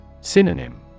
Synonym